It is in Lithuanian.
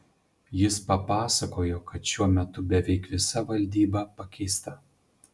jis papasakojo kad šiuo metu beveik visa valdyba pakeista